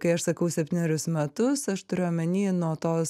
kai aš sakau septynerius metus aš turiu omeny nuo tos